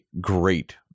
great